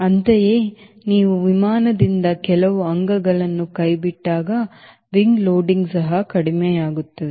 ಅಂತೆಯೇ ನೀವು ವಿಮಾನದಿಂದ ಕೆಲವು ಅಂಗಗಳನ್ನು ಕೈಬಿಟ್ಟಾಗ wing loading ಸಹ ಕಡಿಮೆಯಾಗುತ್ತದೆ